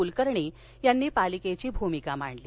कुलकर्णी यांनी पालिकेची भूमिका मांडली